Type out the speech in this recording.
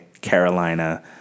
Carolina